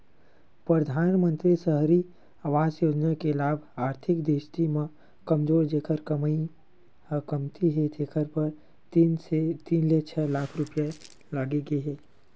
परधानमंतरी सहरी आवास योजना के लाभ आरथिक दृस्टि म कमजोर जेखर कमई ह कमती हे तेखर बर तीन ले छै लाख रूपिया राखे गे हे